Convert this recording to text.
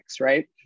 right